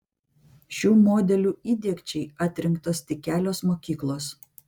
šių modelių įdiegčiai atrinktos tik kelios mokyklos